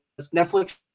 Netflix